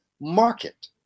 market